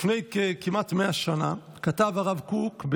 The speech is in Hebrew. לפני כמעט 100 שנה כתב הרב קוק,